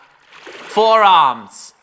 Forearms